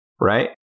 right